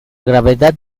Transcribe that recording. gravedad